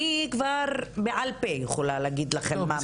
אני כבר בעל פה יכולה להגיד לכם מה המדיניות.